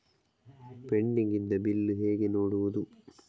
Pending ಇದ್ದ bill ಹೇಗೆ ನೋಡುವುದು?